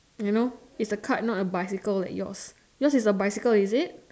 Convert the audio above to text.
you know is a cart not a bicycle like yours yours is a bicycle is it